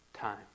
time